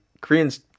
Koreans